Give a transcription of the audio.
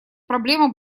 проблема